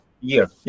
year